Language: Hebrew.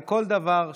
כל דבר.